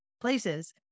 places